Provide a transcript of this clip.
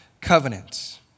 covenant